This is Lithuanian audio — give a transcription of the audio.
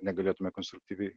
negalėtume konstruktyviai